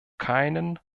keinen